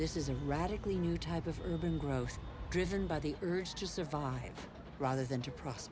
this is a radically new type of urban growth driven by the urge to survive rather than to pro